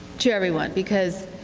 to everyone. because